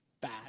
bad